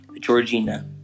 Georgina